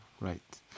right